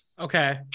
Okay